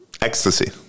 ecstasy